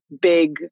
big